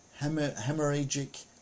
hemorrhagic